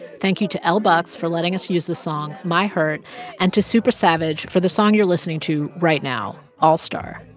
thank you to lbuckz for letting us use the song my hurt and to supa savage for the song you're listening to right now, allstar.